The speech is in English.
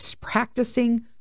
practicing